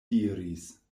diris